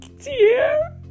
dear